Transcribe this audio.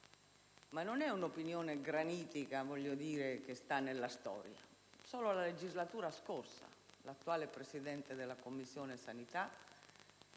ma non è un'opinione granitica che sta nella storia. Solo nella legislatura scorsa l'attuale Presidente della Commissione sanità,